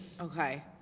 okay